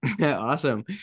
Awesome